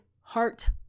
heart